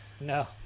No